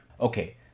Okay